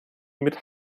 mit